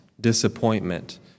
disappointment